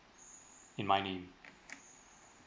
in my name